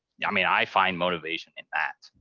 yeah i mean, i find motivation in that.